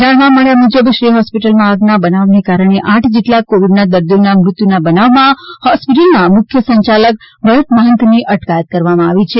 જાણવા મળ્યા મુજબ શ્રેય હોસ્પિટલમાં આગના બનાવને કારણે આઠ જેટલા કોવિડ દર્દીઓના મૃત્યુના બનાવમાં હોસ્પિટલના મુખ્ય સંચાલક ભરત મહંતની અટકાયત કરવામાં આવી છે